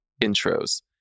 intros